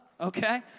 okay